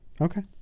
Okay